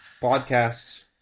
Podcasts